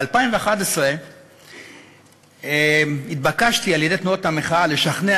ב-2011 התבקשתי על-ידי תנועות המחאה לשכנע